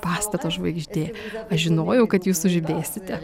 pastato žvaigždė aš žinojau kad jūs sužibėsite